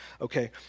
Okay